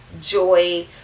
joy